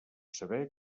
saber